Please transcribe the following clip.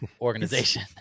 organization